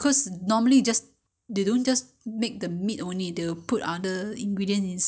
anyway you but since you are you know it's a home cooked meal you can you know you can